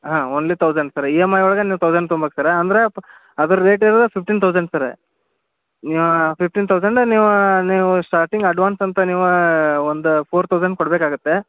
ಹಾಂ only thousand sir E M I ಒಳಗೆ ನೀವು ತೌಸಂಡ್ ತುಂಬೇಕು ಸರ್ರ ಅಂದರೆ ಪ ಅದ್ರ ರೇಟ್ ಇರೋದೇ ಫಿಫ್ಟೀನ್ ತೌಸಂಡ್ ಸರ್ ನೀವು ಫಿಫ್ಟೀನ್ ತೌಸಂಡ್ ನೀವು ನೀವು ಸ್ಟಾರ್ಟಿಂಗ್ ಅಡ್ವಾನ್ಸ್ ಅಂತ ನೀವು ಒಂದು ಫೋರ್ ತೌಸಂಡ್ ಕೊಡಬೇಕಾಗತ್ತೆ